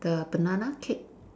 the banana cake